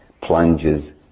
plunges